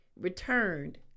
returned